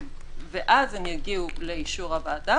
ואז הן יגיעו לאישור הוועדה,